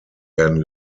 werden